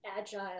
agile